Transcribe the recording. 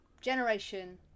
generation